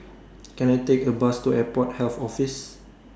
Can I Take A Bus to Airport Health Office